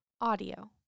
Audio